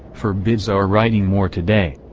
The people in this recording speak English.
forbids our writing more today.